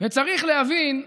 וצריך להבין,